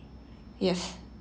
yes